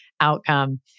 outcome